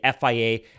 FIA